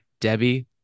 Debbie